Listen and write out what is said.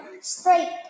Straight